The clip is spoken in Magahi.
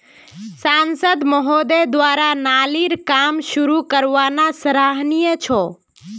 सांसद महोदय द्वारा नालीर काम शुरू करवाना सराहनीय छ